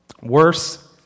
Worse